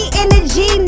energy